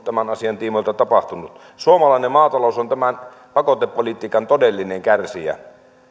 tämän asian tiimoilta tapahtunut suomalainen maatalous on tämän pakotepolitiikan todellinen kärsijä